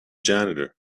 janitor